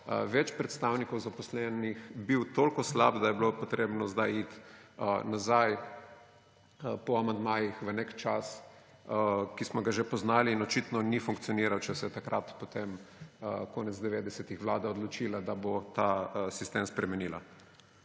več predstavnikov zaposlenih, bil toliko slab, da je bilo treba zdaj iti na nazaj po amandmajih v nek čas, ki smo ga že poznali in očitno ni funkcioniral, če se je takrat potem konec 90. let Vlada odločila, da bo ta sistem spremenila?